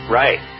right